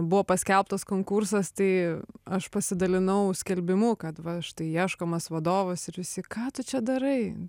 buvo paskelbtas konkursas tai aš pasidalinau skelbimu kad va štai ieškomas vadovas ir visi ką tu čia darai